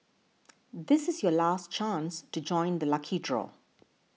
this is your last chance to join the lucky draw